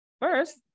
First